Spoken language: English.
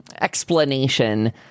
explanation